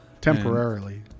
Temporarily